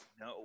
No